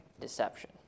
deception